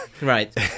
right